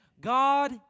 God